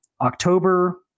October